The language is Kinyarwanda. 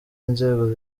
inzego